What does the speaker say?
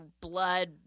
blood –